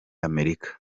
amerika